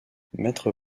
maître